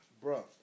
Bro